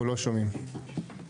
אנחנו לא שומעים אותך.